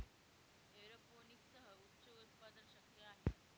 एरोपोनिक्ससह उच्च उत्पादन शक्य आहे